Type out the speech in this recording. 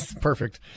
Perfect